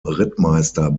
rittmeister